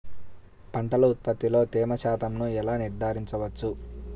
పంటల ఉత్పత్తిలో తేమ శాతంను ఎలా నిర్ధారించవచ్చు?